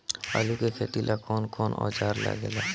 आलू के खेती ला कौन कौन औजार लागे ला?